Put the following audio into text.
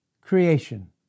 creation